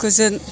गोजोन